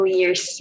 years